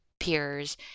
peers